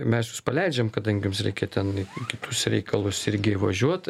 mes jus paleidžiam kadangi jums reikia ten kitus reikalus irgi važiuot